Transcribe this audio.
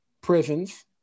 prisons